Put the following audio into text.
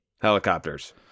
helicopters